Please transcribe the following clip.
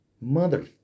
Mother